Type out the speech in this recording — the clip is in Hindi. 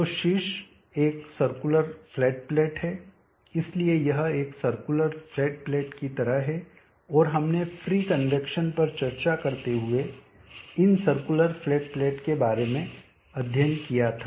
तो शीर्ष एक सर्कुलर फ्लैट प्लेट है इसलिए यह एक सर्कुलर फ्लैट प्लेट की तरह है और हमने फ्री कन्वैक्शन पर चर्चा करते हुए इन सर्कुलर फ्लैट प्लेट के बारे में अध्ययन किया था